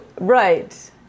Right